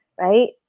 right